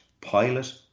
pilot